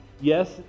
Yes